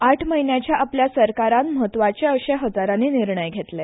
आठ म्हयन्याच्या आपल्या सरकारान म्हत्वाचे अशें हजारांनी निर्णय घेतले